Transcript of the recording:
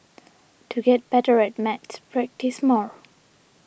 to get better at maths practise more